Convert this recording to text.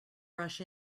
rush